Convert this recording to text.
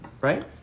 Right